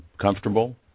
comfortable